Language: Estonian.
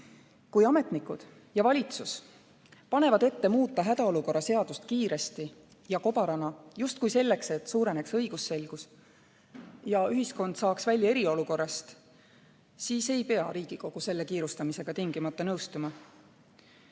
Kui ametnikud ja valitsus panevad ette muuta hädaolukorra seadust kiiresti ja kobarana justkui selleks, et suureneks õigusselgus ja ühiskond saaks välja eriolukorrast, siis ei pea Riigikogu selle kiirustamisega tingimata nõustuma.